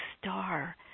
star